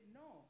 no